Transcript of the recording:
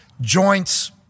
joints